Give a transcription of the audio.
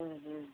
ம் ம்